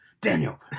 Daniel